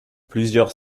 plusieurs